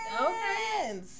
Okay